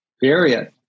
period